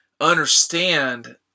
understand